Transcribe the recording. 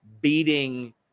beating